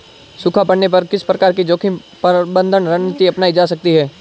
सूखा पड़ने पर किस प्रकार की जोखिम प्रबंधन रणनीति अपनाई जा सकती है?